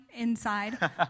inside